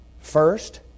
first